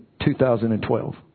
2012